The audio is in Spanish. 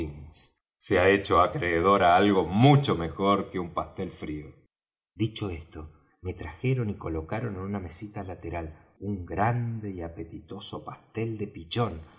se ha hecho acreedor á algo mucho mejor que un pastel frío dicho esto me trajeron y colocaron en una mesita lateral un grande y apetitoso pastel de pichón